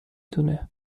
دونه